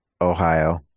Ohio